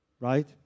Right